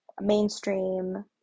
mainstream